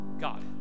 God